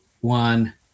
one